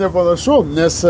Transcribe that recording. nepanašu nes